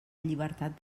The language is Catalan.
llibertat